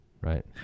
right